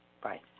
Bye